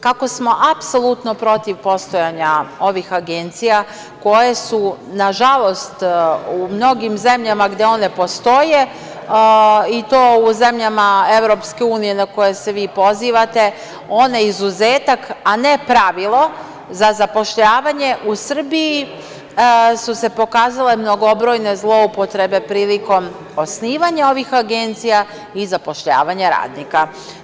Kako smo apsolutno protiv postojanja ovih agencija koje su, nažalost, u mnogim zemljama gde one postoje, i to u zemljama EU, na koje se vi pozivate, izuzetak, a ne pravilo za zapošljavanje, u Srbiji su se pokazale mnogobrojne zloupotrebe prilikom osnivanja ovih agencija i zapošljavanja radnika.